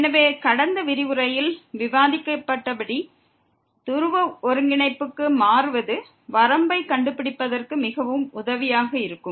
எனவே கடந்த விரிவுரையில் விவாதிக்கப்பட்டபடி துருவ ஒருங்கிணைப்புக்கு மாறுவது வரம்பைக் கண்டுபிடிப்பதற்கு மிகவும் உதவியாக இருக்கும்